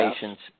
patients